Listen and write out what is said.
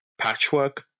patchwork